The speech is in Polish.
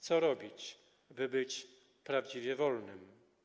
Co robić, by być prawdziwie wolnym?